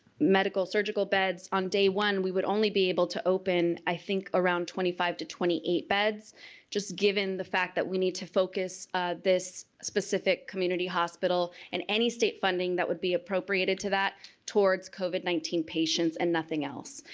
medical surgical beds on day one we would only be able to open i think around twenty five to twenty eight beds just given the fact that we need to focus this specific community hospital and any state funding that would be appropriated to that towards covid nineteen patients and nothing else.